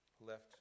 left